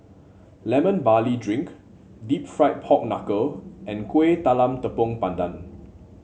Lemon Barley Drink deep fried Pork Knuckle and Kuih Talam Tepong Pandan